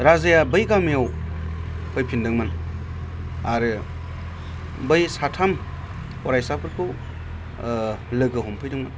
राजाया बै गामियाव फैफिनदोंमोन आरो बै साथाम फरायसाफोरखौ लोगो हमफैदोंमोन